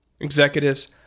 executives